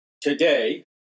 Today